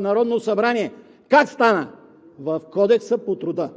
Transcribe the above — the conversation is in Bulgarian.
Народно събрание. Как стана? В Кодекса на труда.